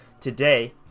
today